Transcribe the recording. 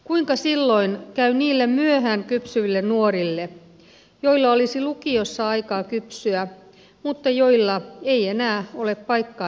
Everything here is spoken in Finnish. kuinka silloin käy niille myöhään kypsyville nuorille joilla olisi lukiossa aikaa kypsyä mutta joilla ei enää ole paikkaa mihin mennä